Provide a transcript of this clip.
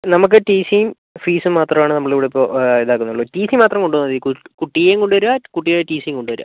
നമുക്ക് ടീ സീം ഫീസും മാത്രമാണ് നമ്മളിവിടിപ്പോൾ ഇതാക്കുന്നുള്ളൂ ടീ സി മാത്രം കൊണ്ടുവന്നാൽ മതി കുട്ടിയേം കൊണ്ടുവരിക കുട്ടീടെ ടീ സീം കൊണ്ടുവരിക